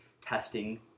testing